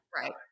right